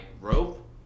rope